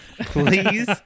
please